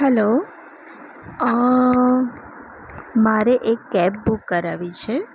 hello મારે એક cab book કરાવવી છે